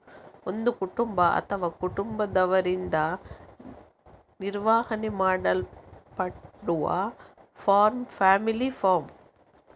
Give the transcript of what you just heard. ಒಂದು ಕುಟುಂಬ ಅಥವಾ ಕುಟುಂಬದವರಿಂದ ನಿರ್ವಹಣೆ ಮಾಡಲ್ಪಡುವ ಫಾರ್ಮ್ ಫ್ಯಾಮಿಲಿ ಫಾರ್ಮ್